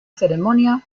ceremonia